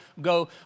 go